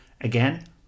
Again